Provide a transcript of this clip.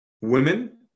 Women